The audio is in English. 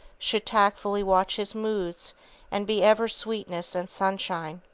should tactfully watch his moods and be ever sweetness and sunshine.